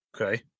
Okay